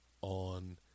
on